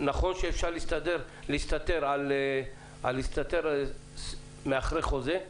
נכון שאפשר להסתתר מאחורי חוזה,